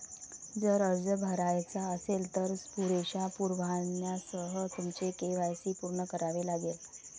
जर अर्ज भरायचा असेल, तर पुरेशा पुराव्यासह तुमचे के.वाय.सी पूर्ण करावे लागेल